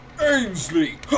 Ainsley